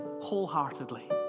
wholeheartedly